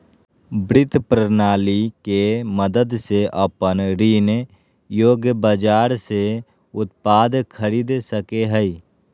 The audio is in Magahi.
वित्त प्रणाली के मदद से अपन ऋण योग्य बाजार से उत्पाद खरीद सकेय हइ